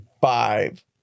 five